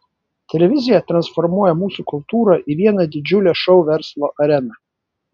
televizija transformuoja mūsų kultūrą į vieną didžiulę šou verslo areną